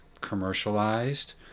commercialized